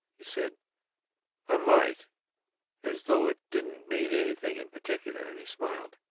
he said i might as though it didn't mean anything in particular, and he smiled.